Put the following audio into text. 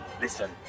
Listen